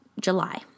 July